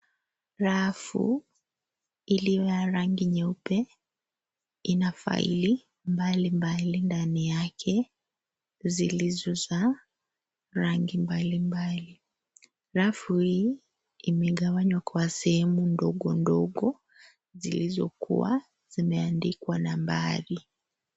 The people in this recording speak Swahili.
Rafu iliyo ya rangi nyeupe ina faili mbalimbali ndani yake zilizo za rangi mbalimbali. Rafu hii imegawanywa kwa sehemu ndogo ndogo zilizokuwa zimeandikwa nambari.